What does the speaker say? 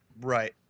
Right